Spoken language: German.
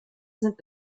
sind